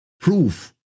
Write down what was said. proof